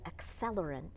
accelerant